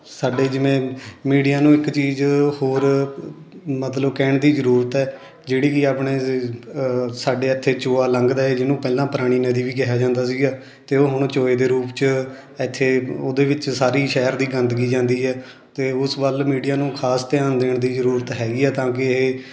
ਸਾਡੇ ਜਿਵੇਂ ਮੀਡੀਆ ਨੂੰ ਇੱਕ ਚੀਜ਼ ਹੋਰ ਮਤਲਬ ਕਹਿਣ ਦੀ ਜ਼ਰੂਰਤ ਹੈ ਜਿਹੜੀ ਕਿ ਆਪਣੇ ਸਾਡੇ ਇੱਥੇ ਚੋਆ ਲੰਘਦਾ ਹੈ ਜਿਹਨੂੰ ਪਹਿਲਾਂ ਪੁਰਾਣੀ ਨਦੀ ਵੀ ਕਿਹਾ ਜਾਂਦਾ ਸੀਗਾ ਅਤੇ ਉਹ ਹੁਣ ਚੋਏ ਦੇ ਰੂਪ 'ਚ ਇੱਥੇ ਉਹਦੇ ਵਿੱਚ ਸਾਰੀ ਸ਼ਹਿਰ ਦੀ ਗੰਦਗੀ ਜਾਂਦੀ ਹੈ ਅਤੇ ਉਸ ਵੱਲ ਮੀਡੀਆ ਨੂੰ ਖਾਸ ਧਿਆਨ ਦੇਣ ਦੀ ਜ਼ਰੂਰਤ ਹੈਗੀ ਆ ਤਾਂ ਕਿ ਇਹ